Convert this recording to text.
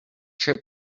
trip